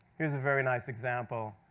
here is a very nice example.